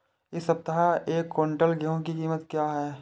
इस सप्ताह एक क्विंटल गेहूँ की कीमत क्या है?